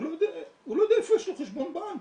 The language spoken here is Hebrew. הוא לא יודע איפה יש לו חשבון בנק.